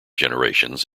generations